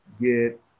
get